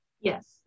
Yes